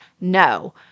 No